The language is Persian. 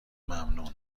ممنون